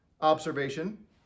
observation